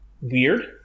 weird